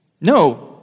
No